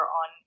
on